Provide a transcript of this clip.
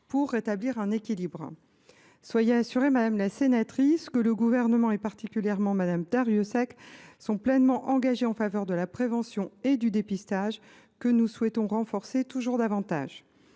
pour rétablir un équilibre. Soyez assurée, madame la sénatrice, que le Gouvernement – en particulier Mme Darrieussecq – est pleinement engagé en faveur de la prévention et du dépistage, que nous souhaitons renforcer toujours davantage.